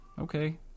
okay